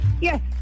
Yes